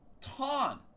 Ton